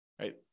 right